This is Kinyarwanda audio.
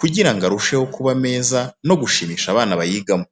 kugira ngo arusheho kuba meza no gushimisha abana bayigamo.